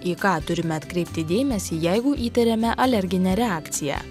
į ką turime atkreipti dėmesį jeigu įtariame alerginę reakciją